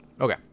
Okay